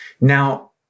Now